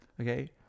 okay